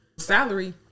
salary